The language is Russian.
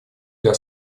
для